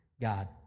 God